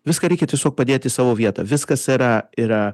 viską reikia tiesiog padėti į savo vietą viskas yra yra